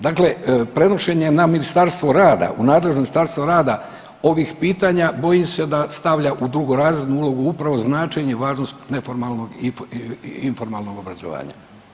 Dakle, prenošenje na Ministarstvo rada u nadležno Ministarstvo rada ovih pitanja bojim se da stavlja u drugorazrednu ulogu upravo značenje i važnog neformalnog informalnog obrazovanja.